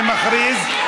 אני מכריז,